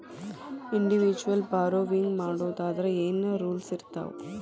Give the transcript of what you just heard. Individual borrowing ಮಾಡೊದಾದ್ರ ಏನ್ ರೂಲ್ಸಿರ್ತಾವ?